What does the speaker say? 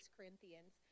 Corinthians